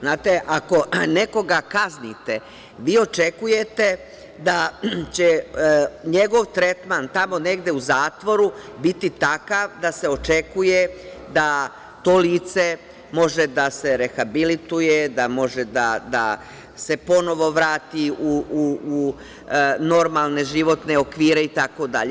Znate, ako nekoga kaznite vi očekujete da će njegov tretman tamo negde u zatvoru biti takav da se očekuje da to lice može da se rehabilituje, da može da se ponovo vrati u normalne životne okvire itd.